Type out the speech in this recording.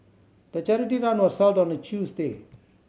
the charity run was held on a Tuesday